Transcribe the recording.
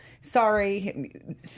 sorry